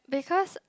because